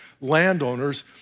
landowner's